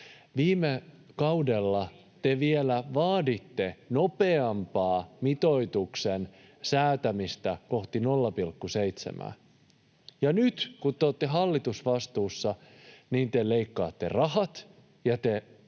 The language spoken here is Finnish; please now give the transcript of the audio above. Viime kaudella te vielä vaaditte nopeampaa mitoituksen säätämistä kohti 0,7:ää, ja nyt kun te olette hallitusvastuussa, te leikkaatte rahat ja te